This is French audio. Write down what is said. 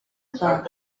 parles